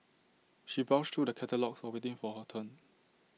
she browsed through the catalogues while waiting for her turn